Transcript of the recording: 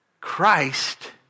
Christ